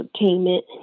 entertainment